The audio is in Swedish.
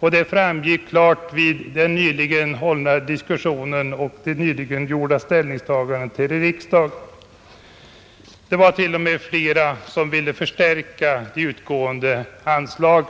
detta framgick klart vid den nyligen förda diskussionen i samband med ställningstagandet till det stödet i riksdagen. Det var t.o.m. flera som ville förstärka utgående anslag.